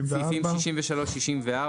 64,